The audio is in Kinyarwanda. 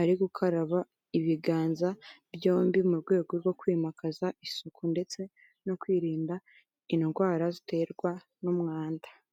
ari gukaraba ibiganza byombi mu rwego rwo kwimakaza isuku ndetse no kwirinda indwara ziterwa n'umwanda.